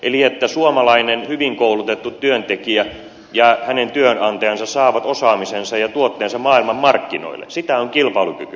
eli että suomalainen hyvin koulutettu työntekijä ja hänen työnantajansa saavat osaamisensa ja tuotteensa maailmanmarkkinoille sitä on kilpailukyky